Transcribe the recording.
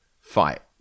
fight